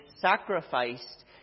sacrificed